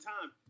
time